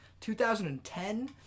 2010